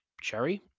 cherry